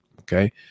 Okay